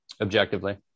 Objectively